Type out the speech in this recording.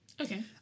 Okay